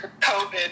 COVID